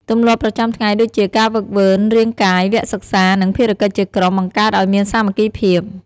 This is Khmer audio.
ទម្លាប់ប្រចាំថ្ងៃដូចជា ការហ្វឹកហ្វឺនរាងកាយ វគ្គសិក្សា និងភារកិច្ចជាក្រុម បង្កើតឱ្យមានសាមគ្គីភាព។